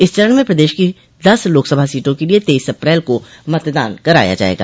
इस चरण में प्रदेश की दस लोकसभा सीटों के लिये तेईस अप्रैल को मतदान कराया जायेगा